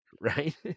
right